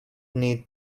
need